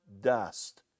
dust